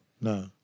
No